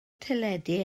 teledu